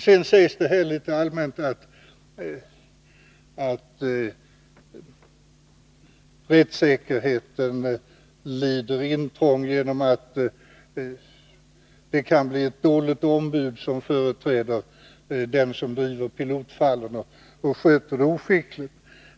Det har här litet allmänt sagts att rättssäkerheten kommer i kläm genom att det kan vara ett dåligt ombud som driver pilotfallet och sköter det oskickligt.